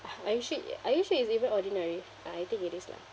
uh are you sure are you sure it's even ordinary ah I think it is lah